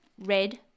Red